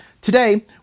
Today